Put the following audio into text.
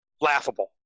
laughable